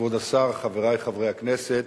כבוד השר, חברי חברי הכנסת,